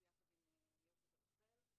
יש לנו בית ספר שהמורים עברו את ההכשרה.